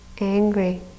angry